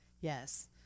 Yes